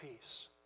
peace